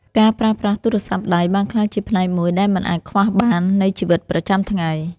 ការប្រើប្រាស់ទូរស័ព្ទដៃបានក្លាយជាផ្នែកមួយដែលមិនអាចខ្វះបាននៃជីវិតប្រចាំថ្ងៃ។